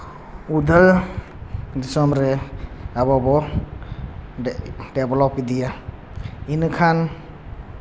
ᱩᱫᱷᱟᱹᱨ ᱫᱤᱥᱚᱢ ᱨᱮ ᱟᱵᱚ ᱵᱚᱱ ᱰᱮᱵᱷᱞᱚᱯ ᱤᱫᱤᱭᱟ ᱤᱱᱟᱹᱠᱷᱟᱱ